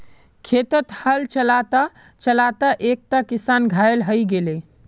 खेतत हल चला त चला त एकता किसान घायल हय गेले